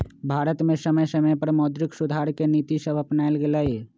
भारत में समय समय पर मौद्रिक सुधार के नीतिसभ अपानाएल गेलइ